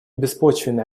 беспочвенные